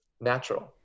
natural